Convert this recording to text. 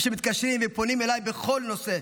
ושמתקשרים ופונים אליי בכל נושא.